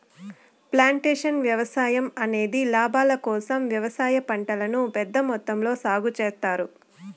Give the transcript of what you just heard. plantation వ్యవసాయం అనేది లాభాల కోసం వ్యవసాయ పంటలను పెద్ద మొత్తంలో సాగు చేత్తారు